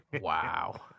wow